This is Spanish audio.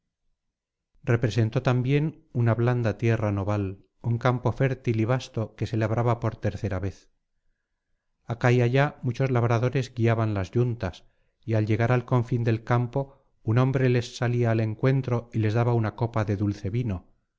representó también una blanda tierra noval un campo fértil y vasto que se labraba por tercera vez acá y allá muchos labradores guiaban las yuntas y al llegar al confín del campo un hombre les salía al encuentro y les daba una copa de dulce vino